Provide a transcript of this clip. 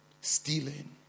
stealing